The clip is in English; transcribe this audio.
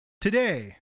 today